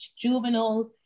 juveniles